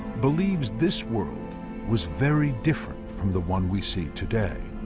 believes this world was very different from the one we see today.